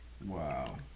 Wow